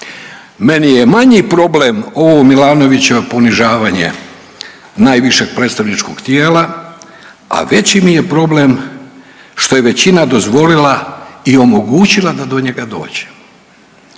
Meni je manji problem ovo Milanovićevo ponižavanje najvišeg predstavničkog tijela, a veći mi je problem što je većina dozvolila i omogućila da do njega dođe.